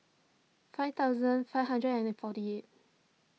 five thousand five hundred and forty eight